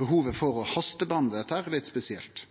behovet for å hastebehandle dette litt spesielt.